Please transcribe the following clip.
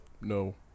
No